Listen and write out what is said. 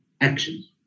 actions